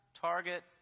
Target